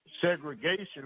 Segregation